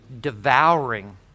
devouring